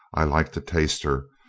i like to taste her,